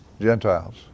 Gentiles